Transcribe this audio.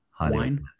Wine